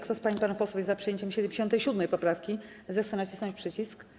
Kto z pań i panów posłów jest za przyjęciem 77. poprawki, zechce nacisnąć przycisk.